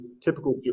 typical